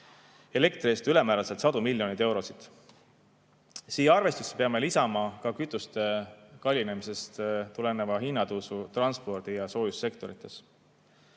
elektri eest ülemääraselt sadu miljoneid eurosid. Siia arvestusse peame lisama ka kütuste kallinemisest tuleneva hinnatõusu transpordi‑ ja soojussektorites.